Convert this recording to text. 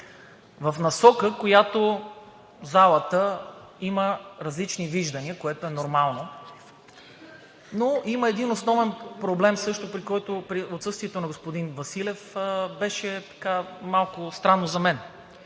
в насока, в която залата има различни виждания, което е нормално. Има също един основен проблем и отсъствието на господин Василев беше малко странно за мен.